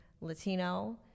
Latino